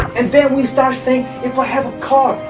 and then we start saying if i have a car.